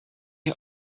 you